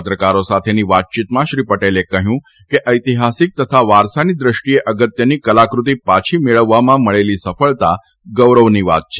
પત્રકારો સાથેની વાતચીતમાં શ્રી પટેલે કહ્યું કે ઐતિહાસિક તથા વારસાની દ્રષ્ટિએ અગત્યની કલાકૃતિ પાછી મેળવવામાં મળેલી સફળતા ગૌરવની વાત છે